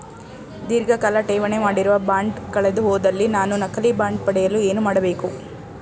ಧೀರ್ಘಕಾಲ ಠೇವಣಿ ಮಾಡಿರುವ ಬಾಂಡ್ ಕಳೆದುಹೋದಲ್ಲಿ ನಾನು ನಕಲಿ ಬಾಂಡ್ ಪಡೆಯಲು ಏನು ಮಾಡಬೇಕು?